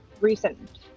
recent